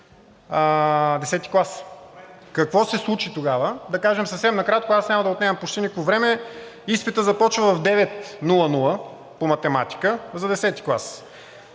10-и клас. Какво се случи тогава? Да кажа съвсем накратко, аз няма да отнемам почти никакво време. Изпитът започва в 9,00 ч. по математика за 10-и клас,